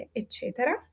eccetera